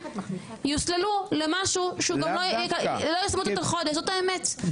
יוסללו למשהו שהוא גם לא -- זאת האמת,